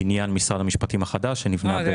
בניין משרד המשפטים החדש שנבנה בגבעת רם.